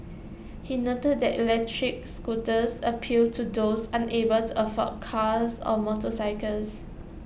he noted that electric scooters appealed to those unable to afford cars or motorcycles